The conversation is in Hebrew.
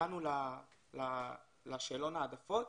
הגענו לשאלון העדפות.